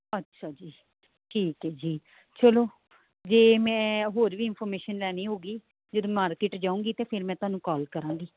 ਅੱਛਾ ਜੀ ਠੀਕ ਹੈ ਜੀ ਚਲੋ ਜੇ ਮੈਂ ਹੋਰ ਵੀ ਇਨਫੋਰਮੇਸ਼ਨ ਲੈਣੀ ਹੋਊਗੀ ਜਦ ਮਾਰਕੀਟ ਜਾਊਂਗੀ ਅਤੇ ਫਿਰ ਮੈਂ ਤੁਹਾਨੂੰ ਕੋਲ ਕਰਾਂਗੀ